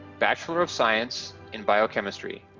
bachelor of science in biochemistry.